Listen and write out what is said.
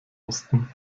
mussten